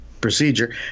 procedure